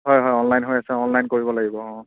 হয় হয় অনলাইন হৈ আছে অনলাইন কৰিব লাগিব অঁ